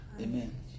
amen